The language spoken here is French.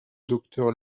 docteur